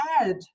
add